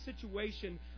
situation